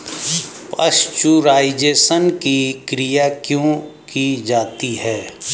Pasteurisation की क्रिया क्यों की जाती है?